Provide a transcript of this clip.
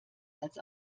als